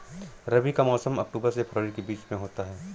रबी का मौसम अक्टूबर से फरवरी के बीच में होता है